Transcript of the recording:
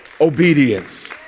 obedience